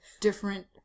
different